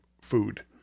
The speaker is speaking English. food